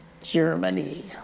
Germany